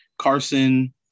Carson